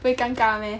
不会尴尬 meh